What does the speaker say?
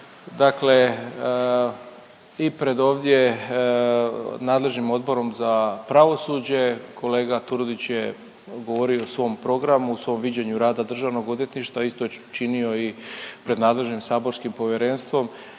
dakle i pred ovdje nadležnim Odborom za pravosuđe kolega Turudić je govorio o svom programu, svom viđenju rada Državnog odvjetništva, a isto je činio i pred nadležnim saborskim povjerenstvom